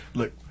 look